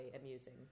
amusing